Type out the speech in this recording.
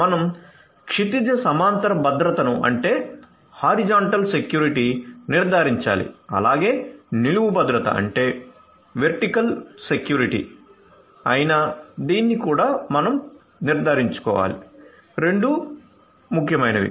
మనం క్షితిజ సమాంతర భద్రతను అయిన దీన్ని కూడా మేము నిర్ధారించుకోవాలి రెండూ ముఖ్యమైనవి